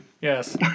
Yes